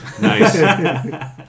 nice